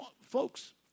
Folks